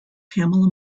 pamela